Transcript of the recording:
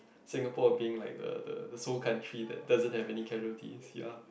Singapore I think like the the sole country that doesn't have casual disease ya